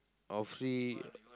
or free